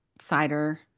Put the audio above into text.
Cider